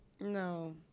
No